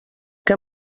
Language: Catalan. què